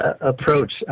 approach